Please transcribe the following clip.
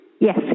Yes